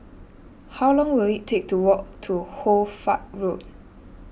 how long will it take to walk to Hoy Fatt Road